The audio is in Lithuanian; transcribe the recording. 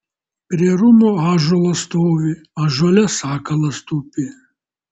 prie rūmų ąžuolas stovi ąžuole sakalas tupi